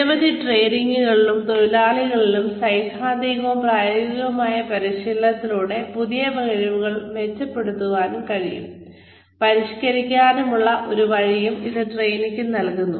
നിരവധി ട്രേഡുകളിലും തൊഴിലുകളിലും സൈദ്ധാന്തികവും പ്രായോഗികവുമായ പരിശീലനത്തിലൂടെ പഴയ കഴിവുകൾ മെച്ചപ്പെടുത്താനും പരിഷ്കരിക്കാനുമുള്ള ഒരു വഴിയും ഇത് ട്രെയിനിക്ക് നൽകുന്നു